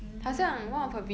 mm